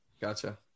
Gotcha